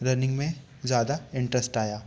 running में ज़्यादा interest आया